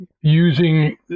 using